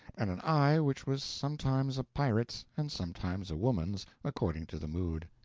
and an eye which was sometimes a pirate's and sometimes a woman's, according to the mood.